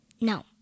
No